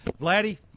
Vladdy